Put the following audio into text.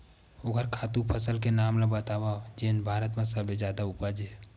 ओखर खातु फसल के नाम ला बतावव जेन भारत मा सबले जादा उपज?